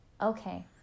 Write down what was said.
Okay